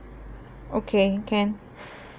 okay can